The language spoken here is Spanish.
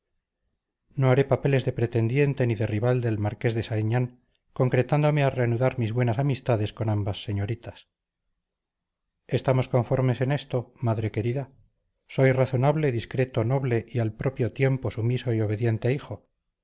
no haré papeles de pretendiente ni de rival del marqués de sariñán concretándome a reanudar mis buenas amistades con ambas señoritas estamos conformes en esto madre querida soy razonable discreto noble y al propio tiempo sumiso y obediente hijo